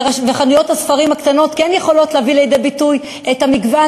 וחנויות הספרים הקטנות כן יכולות להביא לידי ביטוי את המגוון